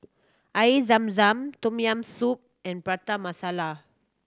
Air Zam Zam Tom Yam Soup and Prata Masala